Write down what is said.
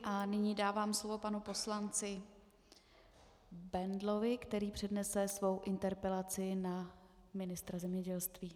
A nyní dávám slovo panu poslanci Bendlovi, který přednese svou interpelaci na ministra zemědělství.